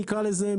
נקרא לזה,